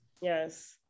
Yes